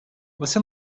você